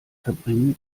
verbringen